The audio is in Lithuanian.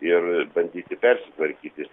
ir bandyti persitvarkyti